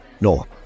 No